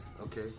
Okay